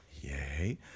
Yay